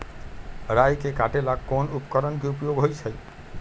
राई के काटे ला कोंन उपकरण के उपयोग होइ छई?